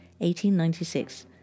1896